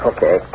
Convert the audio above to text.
Okay